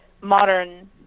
modern